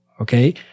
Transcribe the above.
Okay